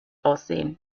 aussehen